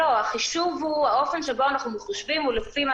האופן שבו אנחנו מחשבים הוא לפי מה